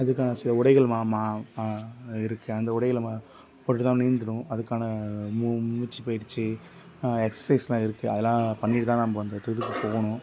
அதுக்கான சில உடைகள் மா மா இருக்குது அந்த உடைகள் நம்ம போட்டுகிட்டு தான் நீந்தணும் அதுக்கான மூ மூச்சுப் பயிற்சி எக்ஸசைஸ்செல்லாம் இருக்குது அதெல்லாம் பண்ணிவிட்டு தான் நம்ம வந்து அந்த இதுக்கு போகணும்